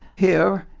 here,